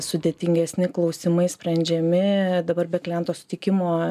sudėtingesni klausimai sprendžiami dabar be kliento sutikimo